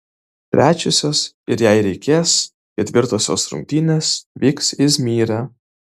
trečiosios ir jei reikės ketvirtosios rungtynės vyks izmyre